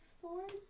sword